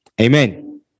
amen